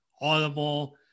Audible